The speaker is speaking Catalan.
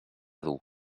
dur